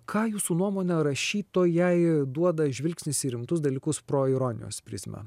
ką jūsų nuomone rašytojai duoda žvilgsnis į rimtus dalykus pro ironijos prizmę